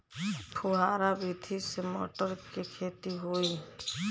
फुहरा विधि से मटर के खेती होई